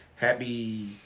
Happy